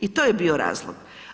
I to je bio razlog.